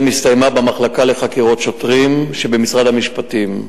הסתיימה במחלקה לחקירות שוטרים שבמשרד המשפטים.